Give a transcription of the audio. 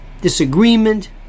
disagreement